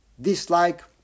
dislike